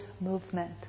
movement